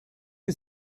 que